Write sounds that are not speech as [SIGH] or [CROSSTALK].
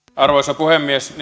arvoisa puhemies [UNINTELLIGIBLE]